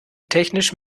technisch